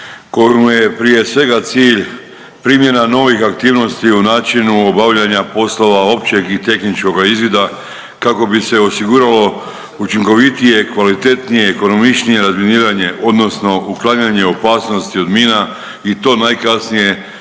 kojemu je prije svega cilj primjena novih aktivnosti u načinu obavljanja poslova općeg i tehničkog izvida kako bi se osiguralo učinkovitije, kvalitetnije i ekonomičnije razminiranje odnosno uklanjanje opasnosti od mina i to najkasnije